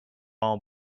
all